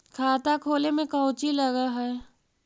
खाता खोले में कौचि लग है?